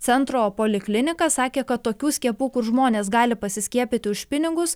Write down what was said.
centro poliklinika sakė kad tokių skiepų kur žmonės gali pasiskiepyti už pinigus